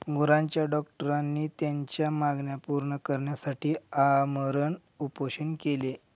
गुरांच्या डॉक्टरांनी त्यांच्या मागण्या पूर्ण करण्यासाठी आमरण उपोषण केले